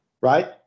right